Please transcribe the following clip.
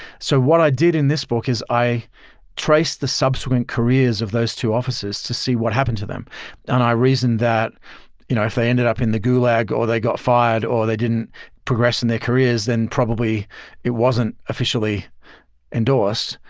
so what i did in this book is i traced the subsequent careers of those two offices to see what happened to them and i reasoned that you know if they ended up in the gulag, or they got fired, or they didn't progress in their careers, then probably it wasn't officially endorsed.